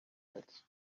pits